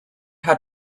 how